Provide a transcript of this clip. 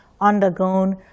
undergone